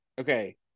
okay